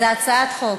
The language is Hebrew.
זו הצעת חוק.